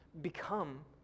become